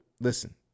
Listen